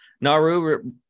Naru